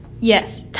Yes